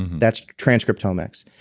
that's transcriptomics.